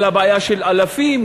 אלא בעיה של אלפים.